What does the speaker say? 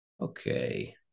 Okay